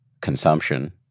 consumption